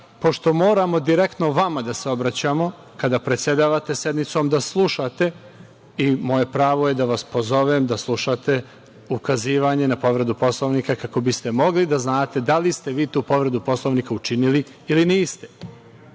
pošto moramo direktno vama da se obraćamo kada predsedavate sednicom, da slušate. Moje pravo je da vas pozovem da slušate ukazivanje na povredu Poslovnika kako biste mogli da znate da li ste vi tu povredu Poslovnika učinili ili niste. Kolega